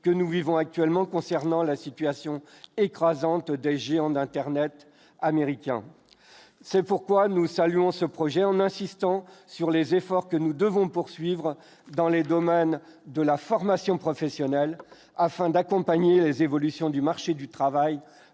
que nous vivons actuellement, concernant la situation écrasante des géants d'Internet américain, c'est pourquoi nous saluons ce projet en insistant sur les efforts que nous devons poursuivre dans les domaines de la formation professionnelle, afin d'accompagner les évolutions du marché du travail